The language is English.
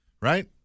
Right